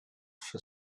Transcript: for